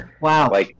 Wow